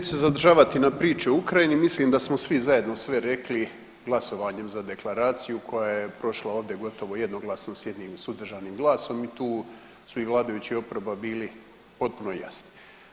Neću se zadržavati na priče o Ukrajini, mislim da smo svi zajedno sve rekli glasovanjem za deklaraciju koja je prošla ovdje gotovo jednoglasno s jednim suzdržanim glasom i tu su i vladajući i oporba bili potpuno jasni.